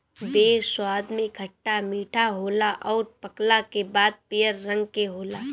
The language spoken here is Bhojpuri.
बेर स्वाद में खट्टा मीठा होला अउरी पकला के बाद पियर रंग के होला